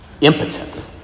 impotent